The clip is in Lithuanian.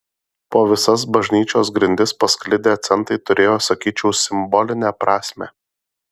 po visas bažnyčios grindis pasklidę centai turėjo sakyčiau simbolinę prasmę